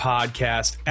Podcast